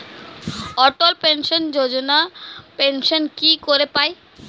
অটল pension Yojana pension কি করে পায়?